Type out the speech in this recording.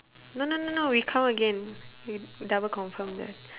no no no no we count again we double confirm there